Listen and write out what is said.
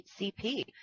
CP